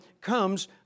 comes